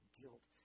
guilt